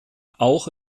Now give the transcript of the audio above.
auch